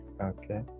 okay